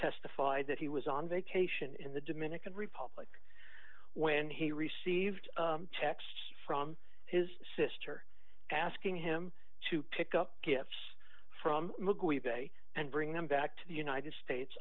testified that he was on vacation in the dominican republic when he received texts from his sister asking him to pick up gifts from a and bring them back to the united states